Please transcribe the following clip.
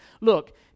look